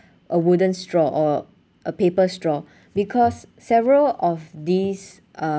a wooden straw or a paper straw because several of these uh